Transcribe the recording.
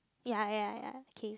ya ya ya k